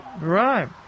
Right